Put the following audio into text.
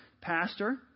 pastor